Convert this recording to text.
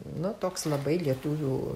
nu toks labai lietuvių